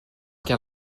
que